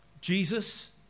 Jesus